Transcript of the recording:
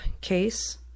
case